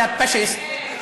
את פאשיסטית או פּאשיסטית?